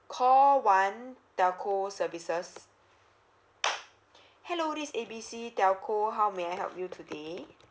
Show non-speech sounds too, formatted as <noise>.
call one telco services <noise> hello this is A B C telco how may I help you today